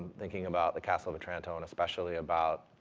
thinking about the castle of otranto, and especially about,